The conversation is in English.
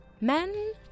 men